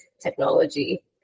technology